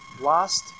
lost